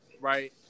right